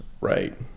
right